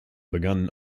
begann